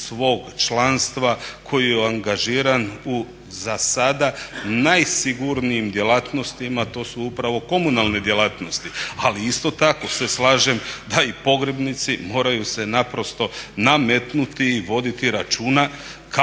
svog članstva koji je angažiran u za sada najsigurnijim djelatnostima. To su upravo komunalne djelatnosti. Ali isto tako se slažem da i pogrebnici moraju se naprosto nametnuti i voditi računa kako